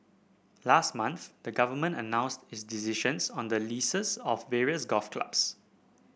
last month the Government announced its decisions on the leases of various golf clubs